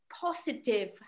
positive